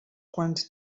quants